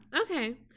okay